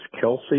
Kelsey